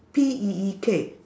P E E K